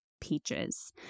peaches